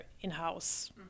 in-house